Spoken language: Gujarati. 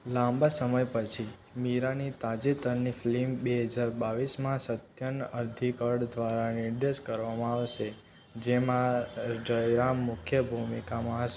લાંબા સમય પછી મીરાની તાજેતરની ફ્લિમ બે હજાર બાવીસમાં સત્યન અંથિકડ દ્વારા નિર્દેશ કરવામાં આવશે જેમાં જયરામ મુખ્ય ભૂમિકામાં હશે